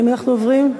אנחנו עוברים,